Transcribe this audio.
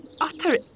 utter